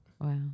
Wow